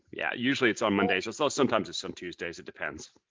yeah. usually it's on monday's, so sometimes it's on tuesday's. it depends.